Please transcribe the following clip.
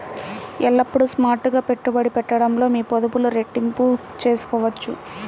ఎల్లప్పుడూ స్మార్ట్ గా పెట్టుబడి పెట్టడంతో మీ పొదుపులు రెట్టింపు చేసుకోవచ్చు